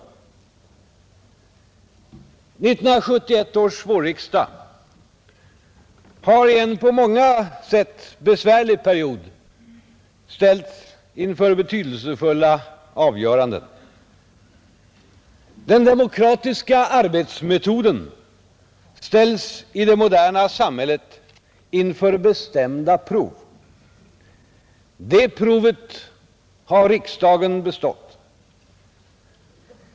1971 års vårriksdag har i en på många sätt besvärlig period ställts inför betydelsefulla avgöranden. Den demokratiska arbetsmetoden ställs i det moderna samhället inför bestämda prov. De proven har riksdagen bestått.